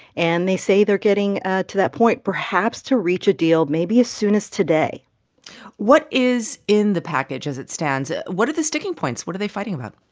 and they say they're getting to that point, perhaps, to reach a deal maybe as soon as today what is in the package as it stands? what are the sticking points? what are they fighting about?